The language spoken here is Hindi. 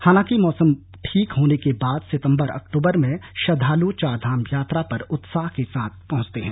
हालांकि मौसम ठीक होने के बाद सितंबर अक्टूबर में श्रद्दालु चारधाम यात्रा पर उत्साह के साथ पहंचते हैं